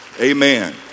Amen